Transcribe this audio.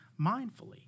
mindfully